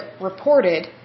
reported